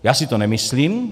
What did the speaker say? Já si to nemyslím.